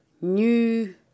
new